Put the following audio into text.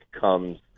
comes